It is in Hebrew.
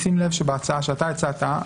שים לב שבהצעה שאתה הצעת,